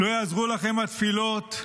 לא יעזרו לכם התפילות,